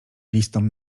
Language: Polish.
listom